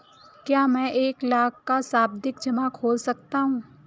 क्या मैं एक लाख का सावधि जमा खोल सकता हूँ?